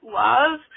love